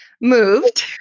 moved